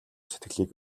сэтгэлийг